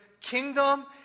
kingdom